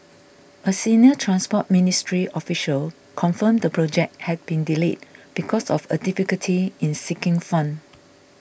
a senior Transport Ministry official confirmed the project had been delayed because of a difficulty in seeking fund